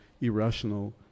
irrational